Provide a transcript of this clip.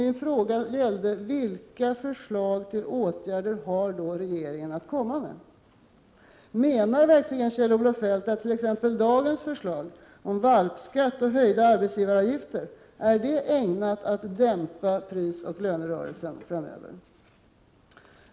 Min fråga var: Vilka förslag till åtgärder har då regeringen att komma med? Menar verkligen Kjell-Olof Feldt att t.ex. dagens förslag om valpskatt och höjda arbetsgivaravgifter är ägnat att dämpa prisoch lönerörelsen framöver?